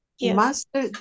Master